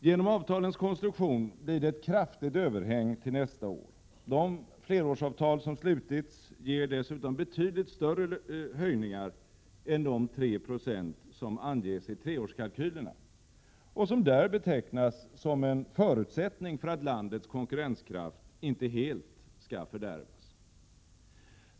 Genom avtalens konstruktion blir det ett kraftigt överhäng till nästa år. De flerårsavtal som slutits ger dessutom betydligt större höjningar än de 3 26 som anges i treårskalkylerna och som där betecknas som en förutsättning för att landets konkurrenskraft inte helt skall fördärvas.